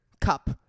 cup